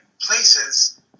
places